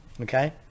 Okay